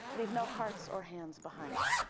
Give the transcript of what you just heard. leave no hearts or hands behind.